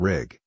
Rig